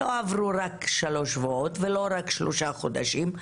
לא עברו רק שלושה שבועות ולא רק שלושה חודשים.